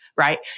Right